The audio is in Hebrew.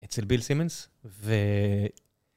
אצל ביל סימנס ו...